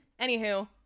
Anywho